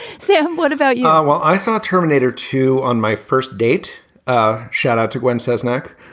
sam what about you ah well i saw terminator two on my first date ah shout out to gwen cessnock